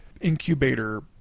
incubator